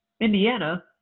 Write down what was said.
Indiana